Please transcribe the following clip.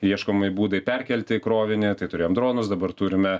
ieškomi būdai perkelti krovinį tai turėjom dronus dabar turime